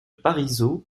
parisot